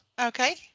Okay